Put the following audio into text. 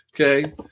Okay